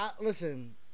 listen